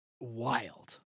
wild